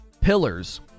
pillars